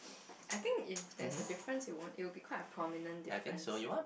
I think if there's a difference it won't it will be quite a prominent difference